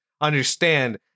understand-